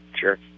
Sure